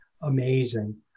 amazing